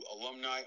alumni